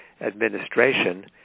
administration